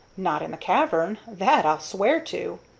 not in the cavern. that i'll swear to.